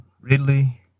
Ridley